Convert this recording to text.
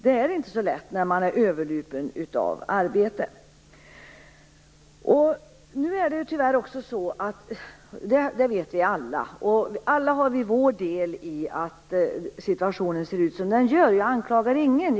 Det är inte så lätt när man är överlupen av arbete. Alla har vi vår del i att situationen ser ut som den gör. Jag anklagar ingen.